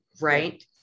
right